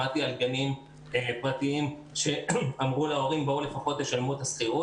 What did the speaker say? שמעתי על גנים פרטיים שאמרו להורים תשלמו לפחות את השכירות,